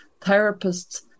therapists